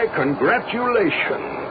congratulations